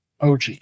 OG